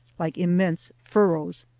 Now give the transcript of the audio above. like immense furrows.